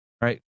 right